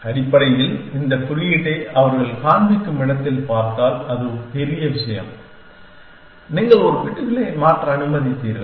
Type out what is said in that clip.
அடிப்படையில் இந்த குறியீட்டை அவர்கள் காண்பிக்கும் இடத்தில் பார்த்தால் அது பெரிய விஷயம் நீங்கள் ஒரு பிட்களை மாற்ற அனுமதித்தீர்கள்